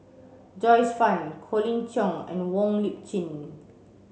Joyce Fan Colin Cheong and Wong Lip Chin